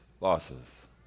losses